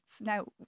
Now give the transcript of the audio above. Now